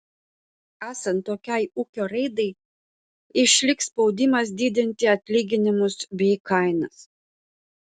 esant tokiai ūkio raidai išliks spaudimas didinti atlyginimus bei kainas